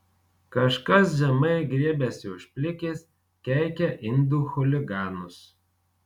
kažkas žemai griebiasi už plikės keikia indų chuliganus